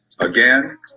Again